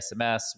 SMS